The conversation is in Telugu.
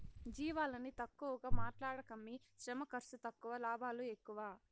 జీవాలని తక్కువగా మాట్లాడకమ్మీ శ్రమ ఖర్సు తక్కువ లాభాలు ఎక్కువ